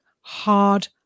hard